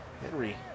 Henry